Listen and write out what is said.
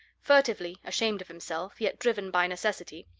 furtively, ashamed of himself, yet driven by necessity,